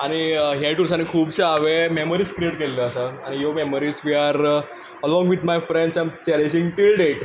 आनी ह्या टुर्सांनी खुबशे हांवें मेमरीज क्रिएट केल्ल्यो आसा ह्यो memories we are along with my friends I am cherishing till date